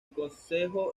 concejo